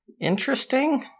interesting